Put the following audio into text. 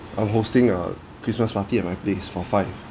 I'm hosting a christmas party at my place for five